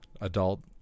adult